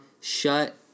shut